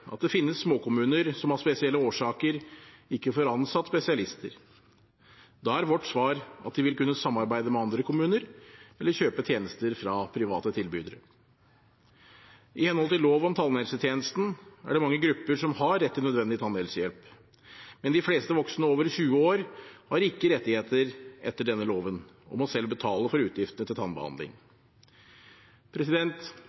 at det finnes småkommuner som av spesielle årsaker ikke får ansatt spesialister. Da er vårt svar at de vil kunne samarbeide med andre kommuner eller kjøpe tjenester fra private tilbydere. I henhold til lov om tannhelsetjenesten er det mange grupper som har rett til nødvendig tannhelsehjelp, men de fleste voksne over 20 år har ikke rettigheter etter denne loven og må selv betale utgiftene til tannbehandling.